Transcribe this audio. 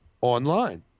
online